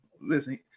listen